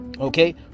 okay